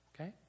Okay